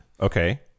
Okay